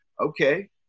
okay